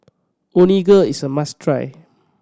onigiri is a must try